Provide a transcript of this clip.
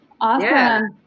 Awesome